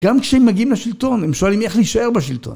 גם כשהם מגיעים לשלטון הם שואלים איך להישאר בשלטון.